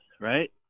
right